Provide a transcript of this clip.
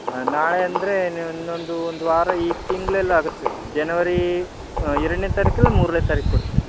ನ ನಾಳೆ ಅಂದರೆ ನೀವು ಇನ್ನೊಂದು ಒಂದು ವಾರ ಈ ತಿಂಗ್ಳಲ್ಲಿ ಆಗತ್ತೆ ಸರ್ ಜನವರಿ ಎರಡನೇ ತಾರೀಕಿಲ್ಲ ಮೂರನೆ ತಾರೀಕು ಕೊಡ್ತೀವಿ